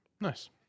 Nice